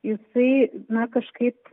jisai na kažkaip